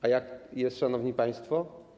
A jak jest, szanowni państwo?